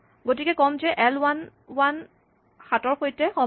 এতিয়া ক'ম যে এল ৱান ৱান ৭ ৰ সৈতে সমান